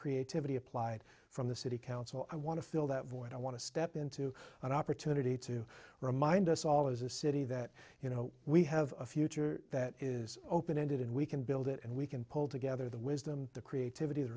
creativity applied from the city council i want to fill that void i want to step into an opportunity to remind us all as a city that you know we have a future that is open ended and we can build it and we can pull together the wisdom the creativity